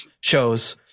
shows